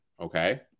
okay